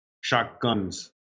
shotguns